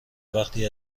وقتی